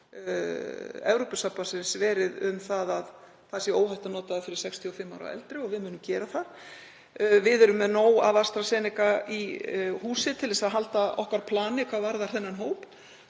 Evrópusambandsins verið um að það sé óhætt að nota það fyrir 65 ára og eldri og við munum gera það. Við erum með nóg af AstraZeneca í húsi til að halda okkar plani hvað varðar þennan hóp